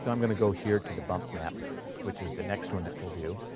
so i'm going to go here to the bump map which is the next one that we'll do.